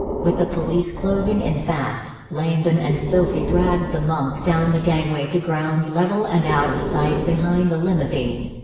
with the police closing in fast, langdon and sophie dragged the monk down the gangway to ground level and out of sight behind the limousine.